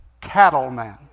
cattleman